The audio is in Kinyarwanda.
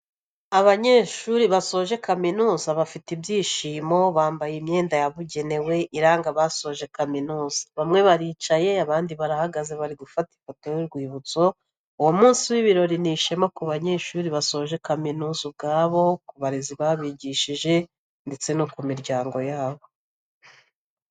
Abanyeshuri basoje kaminuza bafite ibyishimo, bambaye imyenda yabugenewe iranga abasoje kaminuza, bamwe baricaye abandi barahagaze bari gufata ifoto y'urwibutso, uwo munsi w'ibirori, ni ishema ku banyeshuri basoje kaminuza ubwabo, ku barezi babigishije ndetse no ku miryango yabo.